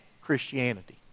Christianity